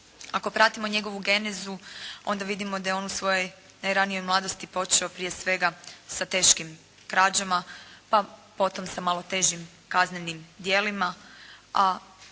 Ako pratimo njegovu genezu onda vidimo da je on u svojoj najranijoj mladosti počeo prije svega sa teškim krađama, pa potom sa malo težim kaznenim djelima,